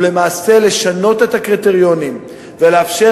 למעשה לשנות את הקריטריונים ולאפשר